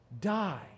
die